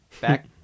back